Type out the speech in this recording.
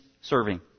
serving